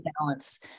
balance